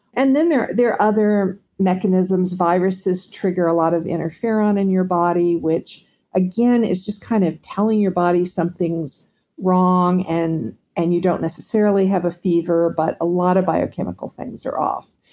and then there are other mechanisms, viruses trigger a lot of interferon in your body, which again is just kind of telling your body something's wrong, and and you don't necessarily have a fever, but a lot of biochemical things are off.